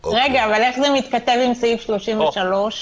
להחריג את סעיף 33. --- אבל אמרו סעיף 33,